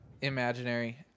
Imaginary